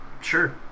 sure